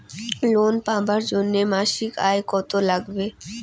Loan পাবার জন্যে মাসিক আয় কতো লাগবে?